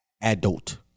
Adult